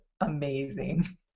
amazing